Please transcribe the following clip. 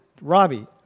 Robbie